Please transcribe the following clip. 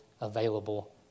available